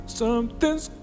something's